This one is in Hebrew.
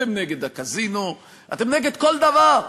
אתם נגד הקזינו, אתם נגד כל דבר.